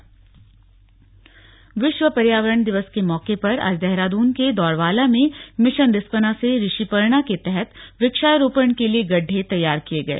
रिस्पना से ऋषिपर्णा विश्व पर्यावरण दिवस के मौके पर आज देहरादून के दौड़वाला में मिशन रिस्पना से ऋषिपर्णा के तहत वृक्षारोपण के लिए गड्ढे तैयार किए गए